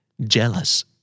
Jealous